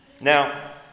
Now